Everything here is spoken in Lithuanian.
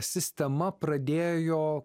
sistema pradėjo